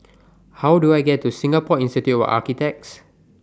How Do I get to Singapore Institute of Architects